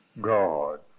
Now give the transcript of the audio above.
God